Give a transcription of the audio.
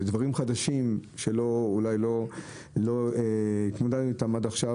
ודברים חדשים שאולי לא התמודדנו איתם עד עכשיו,